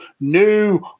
new